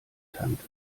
tante